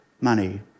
Money